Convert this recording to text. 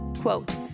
Quote